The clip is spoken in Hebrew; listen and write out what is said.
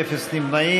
עמיר פרץ,